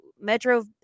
Metro